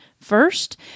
first